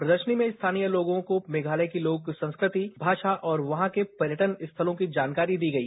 प्रदर्शनी में स्थानीय लोगों को मेघालय की लोक संस्कृति भाषा और वहां के पर्यटन स्थलों की जानकारी दी गयी